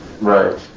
Right